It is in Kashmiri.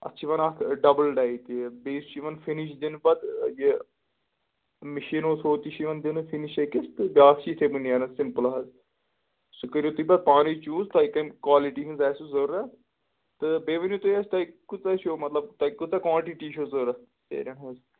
اَتھ چھِ یِوان اَکھ ڈَبٕل ڈاے تہِ بیٚیہِ چھِ یِوان فِنِش دِنہٕ پَتہٕ یہِ مِشیٖنو تھرٛوٗ تہِ چھِ یِوان دِنہٕ فِنِش أکِس تہٕ بیٛاکھ چھِ یِتھَے پٲٹھۍ نیران سِمپٕل حظ سُہ کٔرِو تُہۍ پَتہٕ پانَے چوٗز تۄہہِ کَمہِ کالِٹی ہِنٛز آسِوٕ ضروٗرت تہٕ بیٚیہِ ؤنِو تُہۍ اَسہِ تۄہہِ کۭژاہ چھُ مطلب تۄہہِ کۭژاہ کانٹِٹی چھو ضروٗرت سیرٮ۪ن ہٕنٛز